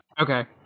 Okay